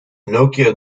nokia